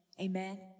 Amen